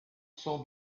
son